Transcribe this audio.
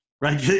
right